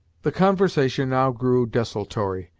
the conversation now grew desultory,